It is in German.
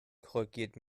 korrigiert